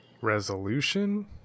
Resolution